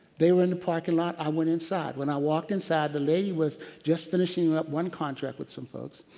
they were in the parking lot, i went inside. when i walked inside, the lady was just finishing up one contract with some folks,